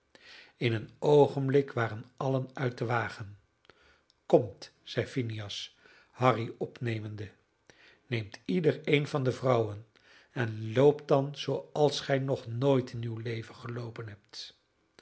in een oogenblik waren allen uit den wagen komt zeide phineas harry opnemende neemt ieder een van de vrouwen en loopt dan zooals gij nog nooit in uw leven geloopen hebt